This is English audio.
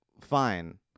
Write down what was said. Fine